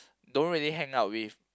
don't really hang out with